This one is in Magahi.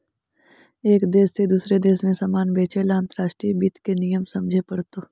एक देश से दूसरे देश में सामान बेचे ला अंतर्राष्ट्रीय वित्त के नियम समझे पड़तो